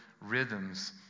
rhythms